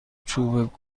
چوب